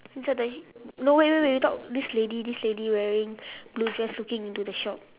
inside the no wait wait wait we talk this lady this lady wearing blue just looking into the shop